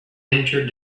entered